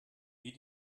wie